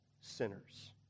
sinners